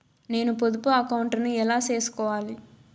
నేను పొదుపు అకౌంటు ను ఎలా సేసుకోవాలి?